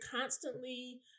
constantly